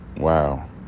wow